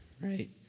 Right